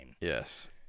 Yes